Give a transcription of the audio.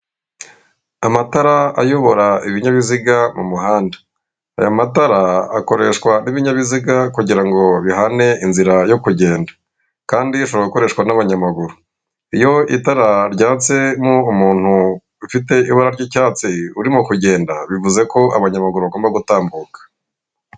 Amatara ayobora ibinyabiziga mu muhanda, aya matara akoreshwa n'ibinyabiziga kugirango bihane inzira yo kugenda kandi ashobora gukoreshwa n'abanyamaguru. Iyo itara ryatsemo umuntu ufite ibara ry'icyatsi urimo kugenda bivuze ko abanyamaguru bagomba gutambuka.